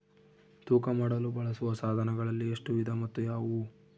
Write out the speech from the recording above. ತೂಕ ಮಾಡಲು ಬಳಸುವ ಸಾಧನಗಳಲ್ಲಿ ಎಷ್ಟು ವಿಧ ಮತ್ತು ಯಾವುವು?